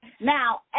Now